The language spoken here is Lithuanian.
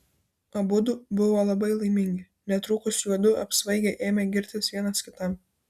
abudu buvo labai laimingi netrukus juodu apsvaigę ėmė girtis vienas kitam